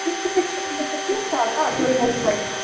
joyride भनेको